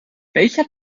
welcher